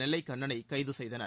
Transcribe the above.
நெல்லை கண்ணனை கைது செய்தனர்